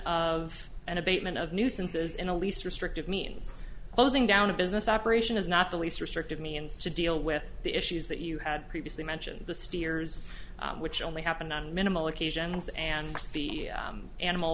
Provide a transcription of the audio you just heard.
of an abatement of nuisances in the least restrictive means closing down a business operation is not the least restrictive means to deal with the issues that you had previously mentioned the steers which only happened on minimal occasions and the animal